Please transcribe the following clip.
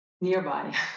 nearby